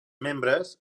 membres